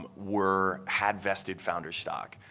um were had vested founder stock.